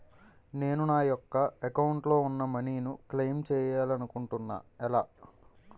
నేను నా యెక్క అకౌంట్ లో ఉన్న మనీ ను క్లైమ్ చేయాలనుకుంటున్నా ఎలా?